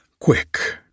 Quick